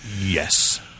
Yes